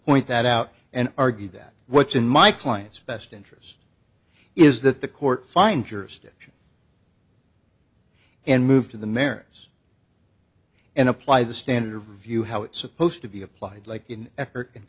point that out and argue that what's in my client's best interest is that the court find jurisdiction and move to the mariners and apply the standard view how it's supposed to be applied like in e